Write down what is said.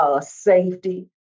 Safety